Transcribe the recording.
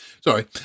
sorry